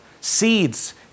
seeds